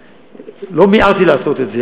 ולא מיהרתי לעשות את זה.